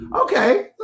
okay